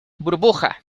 burbuja